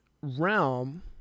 realm